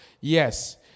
Yes